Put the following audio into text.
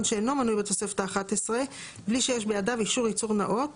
שאינו מנוי בתוספת האחת עשר בלי שיש בידיו אישור ייצור נאות